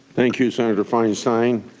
thank you, senator feinstein.